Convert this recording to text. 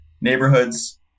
neighborhoods